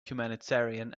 humanitarian